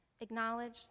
Acknowledge